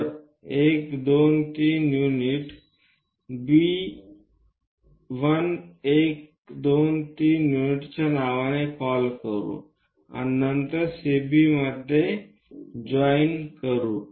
तर १ २ ३ unit B १ २ unit च्या नावाने कॉल करू आणि नंतर सीबी मध्ये जॉइन करू